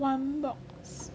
one box